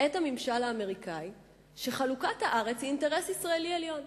את הממשל האמריקני שחלוקת הארץ היא אינטרס ישראלי עליון,